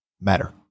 matter